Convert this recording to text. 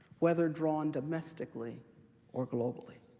whether drawn domestically or globally.